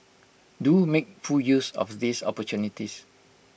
do make full use of these opportunities